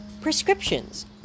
prescriptions